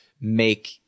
make